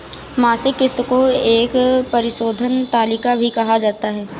मासिक किस्त को एक परिशोधन तालिका भी कहा जाता है